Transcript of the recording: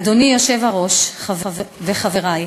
אדוני היושב-ראש וחברי,